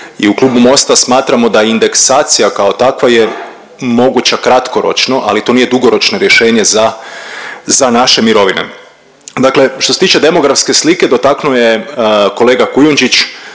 i u Klubu Mosta smatramo da indeksacija kao takva je moguća kratkoročno, ali to nije dugoročno rješenje za, za naše mirovine. Dakle što se tiče demografske slike dotaknuo je kolega Kujundžić,